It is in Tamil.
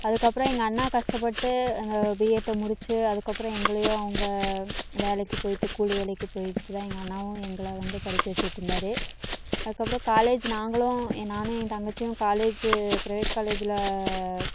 அதுக்கப்புறம் எங்கள் அண்ணா கஷ்டப்பட்டு பிஏட்டை முடித்து அதுக்கப்புறம் எங்களையும் அவங்க வேலைக்கு போய்ட்டு கூலி வேலைக்கு போய்ட்டு தான் எங்கள் அண்ணாவும் எங்களை வந்து படிக்க வச்சிட்ருந்தாரு அதுக்கப்புறம் காலேஜ் நாங்களும் ஏ நானும் என் தங்கச்சியும் காலேஜ் பிரைவேட் காலேஜுல